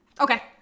Okay